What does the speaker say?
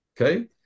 Okay